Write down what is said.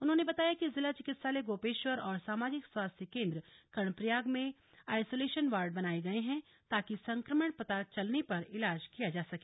उन्होंने बताया कि जिला चिकित्सालय गोपेश्वर और सामाजिक स्वास्थ्य केंद कर्णप्रयाग में आइसोलेशन वार्ड बनाए गए हैं ताकि संक्रमण पता चलने पर इलाज किया जा सके